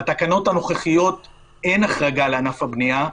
בתקנות הנוכחיות אין החרגה לענף הבנייה.